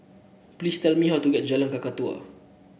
please tell me how to get Jalan Kakatua